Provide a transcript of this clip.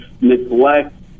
neglect